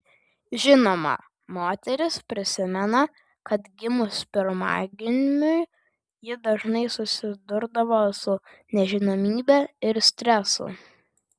žinoma moteris prisimena kad gimus pirmagimiui ji dažnai susidurdavo su nežinomybe ir stresu